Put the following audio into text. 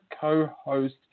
co-host